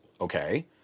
Okay